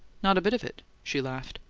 not a bit of it! she laughed.